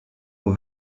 aux